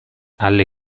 alle